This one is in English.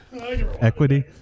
Equity